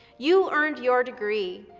you earned your degree.